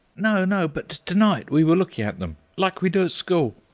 no, no, but to-night we were looking at them, like we do at school.